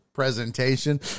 Presentation